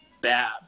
bad